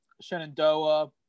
Shenandoah